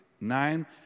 nine